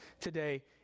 today